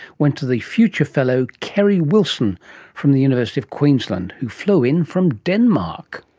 went to the future fellow kerrie wilson from the university of queensland who flew in from denmark.